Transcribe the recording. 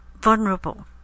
vulnerable